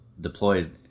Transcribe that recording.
deployed